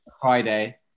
Friday